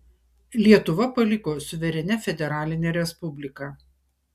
lietuva paliko suverenia federaline respublika